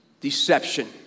deception